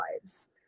lives